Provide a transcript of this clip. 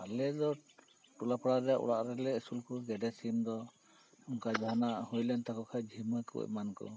ᱟᱞᱮ ᱫᱚ ᱴᱚᱞᱟ ᱯᱟᱲᱟ ᱨᱮ ᱚᱲᱟᱜ ᱨᱮᱞᱮ ᱟᱹᱥᱩᱞ ᱠᱚᱭᱟ ᱜᱮᱰᱮ ᱥᱤᱢ ᱫᱚ ᱚᱱᱠᱟ ᱡᱟᱦᱟᱱᱟᱜ ᱦᱩᱭ ᱞᱮᱱ ᱛᱟᱠᱚ ᱡᱷᱤᱢᱟᱹᱛ ᱠᱚ ᱮᱢᱟ ᱠᱚ